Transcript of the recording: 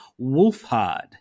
Wolfhard